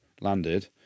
landed